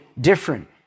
different